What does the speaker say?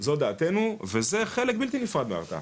זו דעתנו וזה חלק בלתי נפרד מההרתעה.